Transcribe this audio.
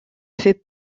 fait